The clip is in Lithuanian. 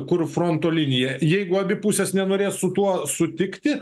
kur fronto linija jeigu abi pusės nenorės su tuo sutikti